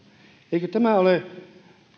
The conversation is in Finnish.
eikö tämä